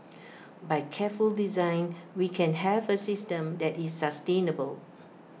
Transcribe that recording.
by careful design we can have A system that is sustainable